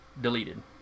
deleted